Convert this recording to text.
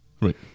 Right